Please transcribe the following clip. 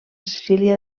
cecília